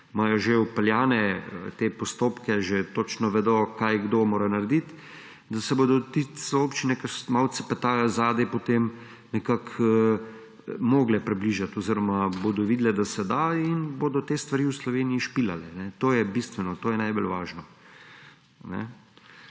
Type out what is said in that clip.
imajo že vpeljane te postopke, že točno vedo, kaj kdo mora narediti, da se bodo tiste občine, ki malo cepetajo zadaj, potem nekako mogle približati oziroma bodo videle, da se da in bodo te stvari v Sloveniji špilale. To je bistveno, to je najbolj važno.